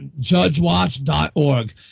judgewatch.org